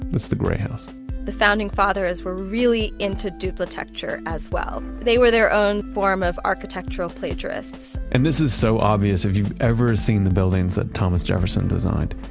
the gray house the founding fathers were really into duplitecture, as well. they were their own form of architectural plagiarists and this is so obvious if you've ever seen the buildings that thomas jefferson designed.